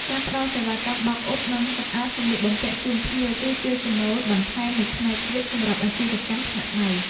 ការផ្តល់សេវាកម្មបោកអ៊ុត និងសម្អាតសម្លៀកបំពាក់ជូនភ្ញៀវ គឺជាចំណូលបន្ថែមមួយផ្នែកទៀតសម្រាប់អាជីវកម្មស្នាក់នៅ។